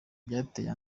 byatewe